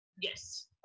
Yes